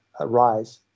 rise